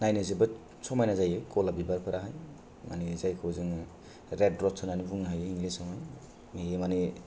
नायनो जोबोद समायना जायो गलाब बिबारफोराहाय मानि जायखौ जों रेड र'ज होन्नानै बुंनो हायो इंग्लिशआव बियो मानि